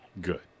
Good